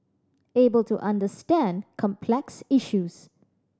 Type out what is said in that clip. able to understand complex issues